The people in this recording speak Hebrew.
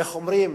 איך אומרים,